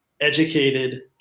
educated